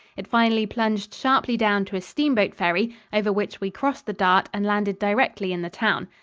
it finally plunged sharply down to a steamboat ferry, over which we crossed the dart and landed directly in the town.